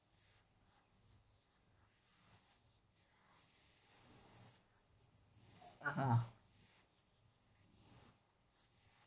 (uh huh)